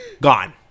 gone